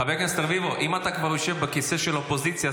אם כבר אתה יושב בכיסא של האופוזיציה,